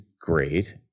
great